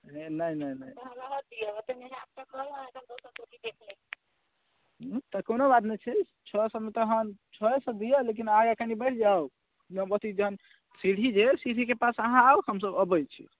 नहि नहि नहि नहि तऽ कोनो बात नहि छै छओ सए मे तऽ अहाँ छओए सए दिअ लेकिन आगाँ कनि बढ़ि जाउ अथी जे सीढ़ी जे अइ सीढ़ीके पास अहाँ आउ हमसब अबैत छी